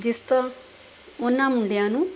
ਜਿਸ ਤੋਂ ਉਹਨਾਂ ਮੁੰਡਿਆਂ ਨੂੰ